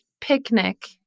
picnic